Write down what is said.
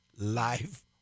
life